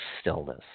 stillness